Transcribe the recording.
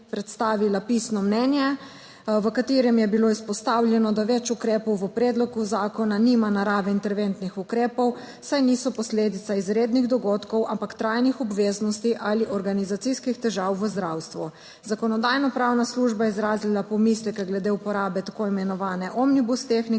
je predstavila pisno mnenje, v katerem je bilo izpostavljeno, da več ukrepov v predlogu zakona nima narave interventnih ukrepov, saj niso posledica izrednih dogodkov, ampak trajnih obveznosti ali organizacijskih težav v zdravstvu. Zakonodajno-pravna služba je izrazila pomisleke glede uporabe tako imenovane omnibus tehnike,